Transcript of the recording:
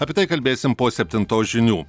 apie tai kalbėsim po septintos žinių